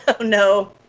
no